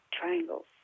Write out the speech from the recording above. triangles